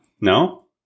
No